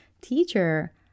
teacher